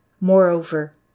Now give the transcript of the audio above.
Moreover